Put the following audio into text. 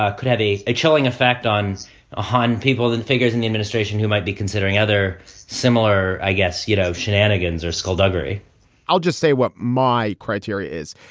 ah could have a a chilling effect on a hundred people and figures in the administration who might be considering other similar, i guess, you know, shenanigans or skullduggery i'll just say what my criteria is.